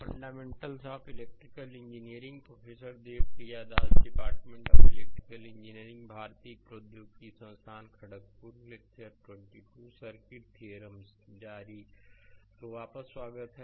fundamentals of electrical engineering professor Devapriya Das department of electrical engineering Bharat प्रौद्योगिक संस्थान Kharagpur lecture 22 circuit theorems जारी तो वापस स्वागत है